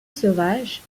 sauvage